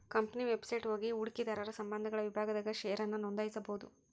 company website ಹೋಗಿ ಹೂಡಕಿದಾರರ ಸಂಬಂಧಗಳ ವಿಭಾಗದಾಗ ಷೇರನ್ನ ನೋಂದಾಯಿಸಬೋದು